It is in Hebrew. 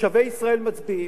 תושבי ישראל מצביעים,